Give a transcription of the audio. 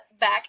back